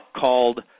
called